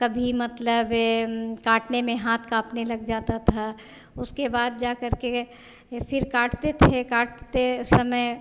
कभी मतलब यह काटने में हाथ काँपने लग जाता था उसके बाद फिर जा करके फिर काटते थे काटते समय